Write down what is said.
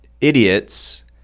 idiots